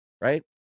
right